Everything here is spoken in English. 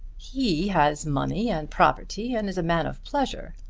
he has money and property and is a man of pleasure.